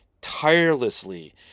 tirelessly